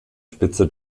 spitze